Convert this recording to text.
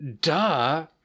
Duh